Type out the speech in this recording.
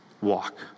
walk